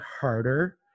harder